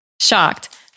Shocked